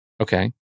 Okay